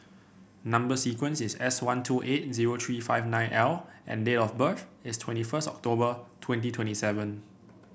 number sequence is S one two eight zero three five nine L and date of birth is twenty first October twenty twenty seven